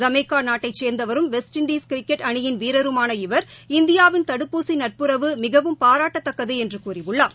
Jamaica நாட்டைச் சேர்ந்தவரும் West Indies cricket அனியின் வீரருமான இவர் இந்தியாவின் தடுப்பூசி நட்புறவு மிகவும் பாராட்டத்தக்கது என்று கூறியுள்ளார்